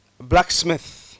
blacksmith